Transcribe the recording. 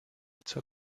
zur